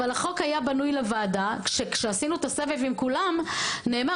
אבל החוק היה בנוי לוועדה שכשעשינו את הסבב עם כולם נאמר